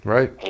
Right